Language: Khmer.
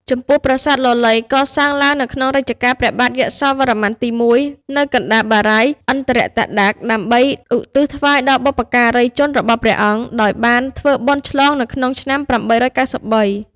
ចំពោះ ប្រាសាទលលៃ កសាងឡើងនៅក្នុងរជ្ជកាលរបស់ព្រះបាទយសោវរ្ម័នទី ១ នៅកណ្តាលបារាយណ៍ឥន្ទ្រតដាក ដើម្បីឧទ្ទិសថ្វាយដល់បុព្វការីជនរបស់ព្រះអង្គ ដោយបានធ្វើបុណ្យឆ្លងនៅក្នុងឆ្នាំ ៨៩៣ ។